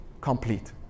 complete